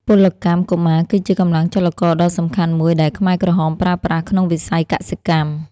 ពលកម្មកុមារគឺជាកម្លាំងចលករដ៏សំខាន់មួយដែលខ្មែរក្រហមប្រើប្រាស់ក្នុងវិស័យកសិកម្ម។